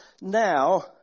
now